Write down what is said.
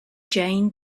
jane